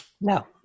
no